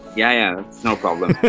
yeah, no problem.